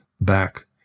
back